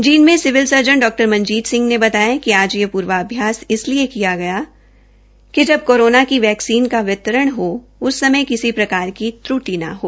जींद में civil surgeon डॉ मनजीत सिंह ने बताया कि आज यह पूर्व अभ्यास इसलिए किया गया कि जब कोरोना की वैक्सीन का वितरण हो उस समय किसी प्रकार की त्रृटि न रहे